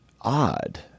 odd